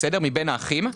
מבין האחים,